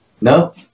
No